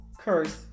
curse